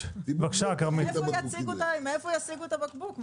מאיפה הם ישיגו את הבקבוק?